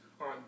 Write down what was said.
on